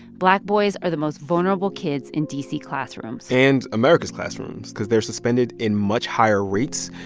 black boys are the most vulnerable kids in d c. classrooms and america's classrooms cause they're suspended in much higher rates.